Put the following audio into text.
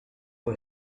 può